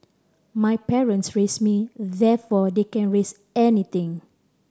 my parents raised me therefore they can raise anything